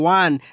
one